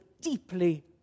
deeply